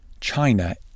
china